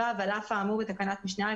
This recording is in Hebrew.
"(ו) על אף האמור בתקנת משנה (א),